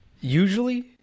Usually